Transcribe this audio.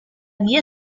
via